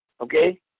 okay